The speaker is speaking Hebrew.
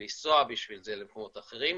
לנסוע למקומות אחרים.